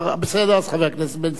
חבר הכנסת נסים זאב.